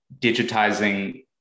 digitizing